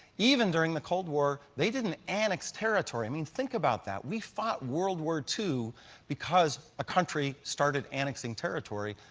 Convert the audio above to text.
even during the cold war, they didn't annex territory i mean, think about that. we fought world war ii because a country started annexing territory.